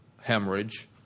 hemorrhage